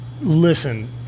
listen